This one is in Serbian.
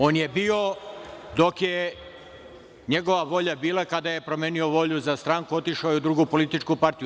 On je bio, dok je njegova volja bila, kada je promenio volju za stranku, otišao je u drugu političku partiju.